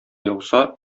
яуса